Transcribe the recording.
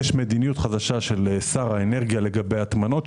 יש מדיניות חדשה של שר האנרגיה לגבי הטמנות,